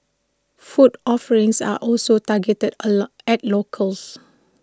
food offerings are also targeted A lot at locals